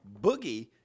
Boogie